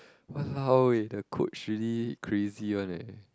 !walao! eh the coach really crazy one leh